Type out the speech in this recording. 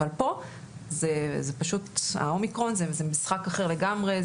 אבל פה האומיקרון זה משחק אחר לגמרי.